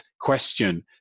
question